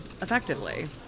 effectively